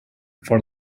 for